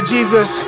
Jesus